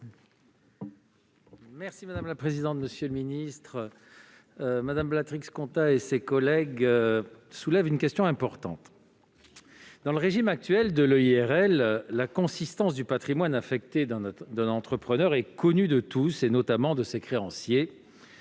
l'avis de la commission ? Mme Blatrix Contat et ses collègues soulèvent une question importante. Dans le régime actuel de l'EIRL, la consistance du patrimoine affecté d'un entrepreneur est connue de tous, notamment de ses créanciers,